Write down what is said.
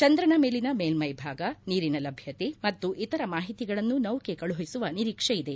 ಚಂದ್ರನ ಮೇಲಿನ ಮೇಲ್ಟೈ ಭಾಗ ನೀರಿನ ಲಭ್ಯತೆ ಮತ್ತು ಇತರ ಮಾಹಿತಿಗಳನ್ನು ನೌಕೆ ಕಳುಹಿಸುವ ನಿರೀಕ್ಷೆಯಿದೆ